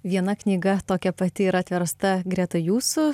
viena knyga tokia pati yra atversta greta jūsų